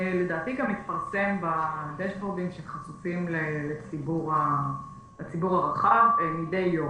לדעתי גם מתפרסם בדשבורדים שחשופים לציבור הרחב מדי יום.